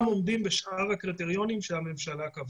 עומדים בשאר הקריטריונים שהממשלה קבעה.